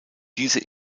diese